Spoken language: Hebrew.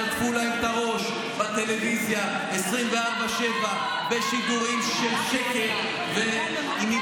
שטפו להם את הראש בטלוויזיה 24/7 בשידורים של שקר אתם מחריבי ישראל,